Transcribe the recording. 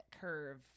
curve